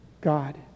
God